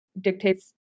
dictates